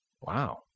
Wow